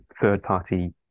third-party